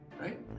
Right